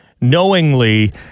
knowingly